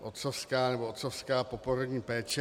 Otcovská, nebo otcovská poporodní péče.